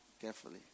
carefully